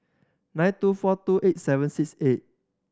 nine two four two eight seven six eight